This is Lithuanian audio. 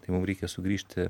tai mum reikia sugrįžti